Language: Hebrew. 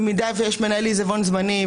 במידה ויש מנהל עיזבון זמני,